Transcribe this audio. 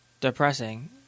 depressing